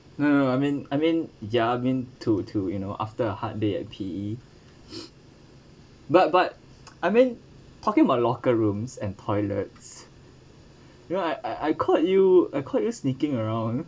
no no I mean I mean ya I mean to to you know after a hard day at P_E but but I mean talking about locker rooms and toilets you know I I I caught you I caught you sneaking around